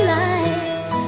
life